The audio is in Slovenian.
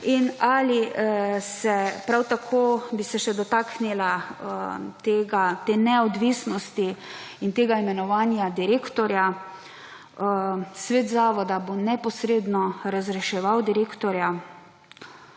komisiji? Prav tako bi se še dotaknila te neodvisnosti in tega imenovanja direktorja. Svet zavoda bo neposredno razreševal direktorja.